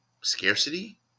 Scarcity